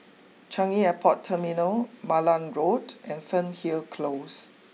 Changi Airport Terminal Malan Road and Fernhill close